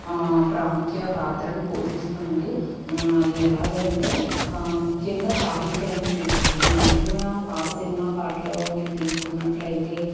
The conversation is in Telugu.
ప్రాముఖ్య పాత్రను పోషిస్తుంది అది ఎలాగంటే ముఖ్యంగా సాహిత్యాన్నే తీసుకోండి నిజంగా పాత సినిమా పాటలు మీరు తీసుకున్నట్లయితే